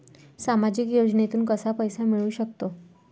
सामाजिक योजनेतून कसा पैसा मिळू सकतो?